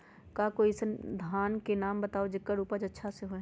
का कोई अइसन धान के नाम बताएब जेकर उपज अच्छा से होय?